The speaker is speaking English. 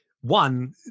one